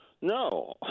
No